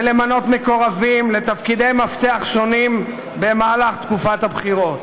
ולמנות מקורבים לתפקידי מפתח שונים במהלך תקופת הבחירות.